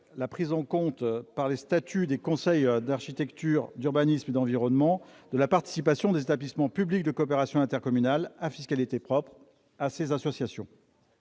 la prise en compte par les statuts des conseils d'architecture, d'urbanisme et de l'environnement de la participation des établissements publics de coopération intercommunale à fiscalité propre à ces associations.